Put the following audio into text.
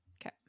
Okay